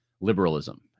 liberalism